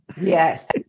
Yes